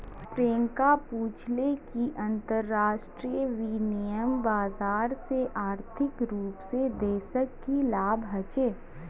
प्रियंका पूछले कि अंतरराष्ट्रीय विनिमय बाजार से आर्थिक रूप से देशक की लाभ ह छे